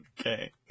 Okay